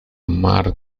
amar